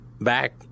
back